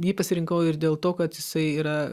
jį pasirinkau ir dėl to kad jisai yra